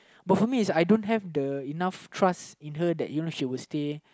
but for me is I don't have the enough trust in her that you know she will stay